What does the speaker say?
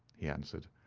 he answered.